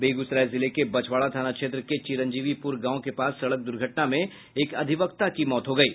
बेगूसराय जिले के बछवाड़ा थाना क्षेत्र के चिरंजीवीपूर गांव के पास सड़क दुर्घटना में एक अधिवक्ता की मौत हो गयी